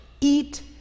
eat